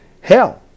hell